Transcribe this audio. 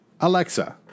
Alexa